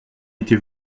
était